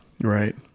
Right